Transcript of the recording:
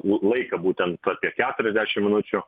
l laiką būtent apie keturiasdešim minučių